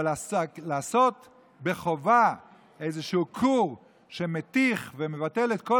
אבל לעשות בחובה איזשהו כור שמתיך ומבטל את כל